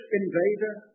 invader